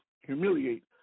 humiliate